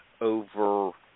over